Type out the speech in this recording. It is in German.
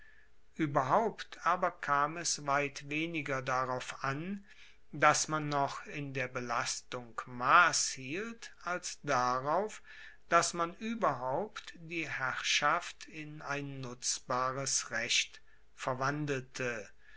ueberhaupt aber kam es weit weniger darauf an dass man noch in der belastung mass hielt als darauf dass man ueberhaupt die herrschaft in ein nutzbares recht verwandelte